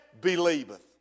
believeth